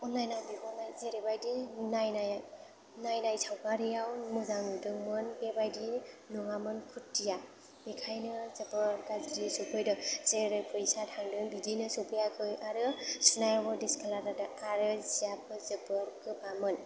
अनलाइनआव बिहरनाय जेरैबायदि नायनाय नायनाय सावगारियाव मोजां नुदोंमोन बेबायदि नङामोन कुर्टिया बेखायनो जोबोर गाज्रि सफैदों जेरै फैसा थांदों बिदिनो सफैयाखै आरो सुनायावबो दिसकालार जादों आरो जियाबो जोबोद गोबामोन